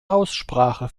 aussprache